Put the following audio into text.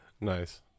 Nice